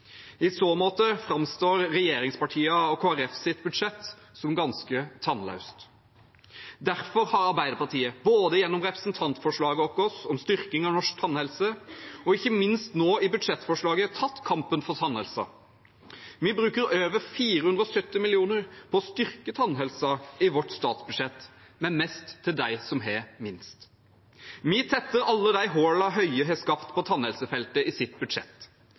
I så måte framstår regjeringspartiene og Kristelig Folkepartis budsjett ganske tannløst. Derfor har Arbeiderpartiet, både gjennom representantforslaget vårt om styrking av norsk tannhelse og ikke minst nå i budsjettforslaget vårt, tatt kampen for tannhelsen. Vi bruker over 470 mill. kr på å styrke tannhelsen i vårt statsbudsjett, med mest til dem som har minst. Vi tetter alle de hullene statsråd Høie har skapt på tannhelsefeltet i sitt budsjett.